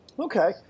Okay